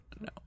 No